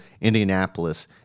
Indianapolis